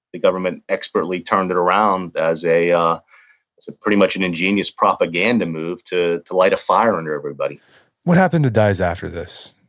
the government expertly turned it around as ah so pretty much an ingenious propaganda move to to light a fire under everybody what happened to dyess after this?